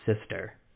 sister